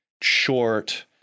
short